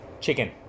Chicken